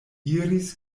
iris